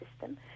system